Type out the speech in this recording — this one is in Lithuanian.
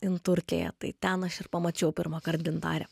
inturkėje tai ten aš ir pamačiau pirmąkart gintarę